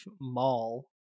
mall